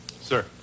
Sir